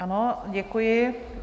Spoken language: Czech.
Ano, děkuji.